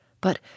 But